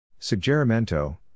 Suggerimento